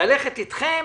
ללכת אתכם